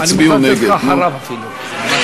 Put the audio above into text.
אני קורא אותך לסדר פעם שנייה.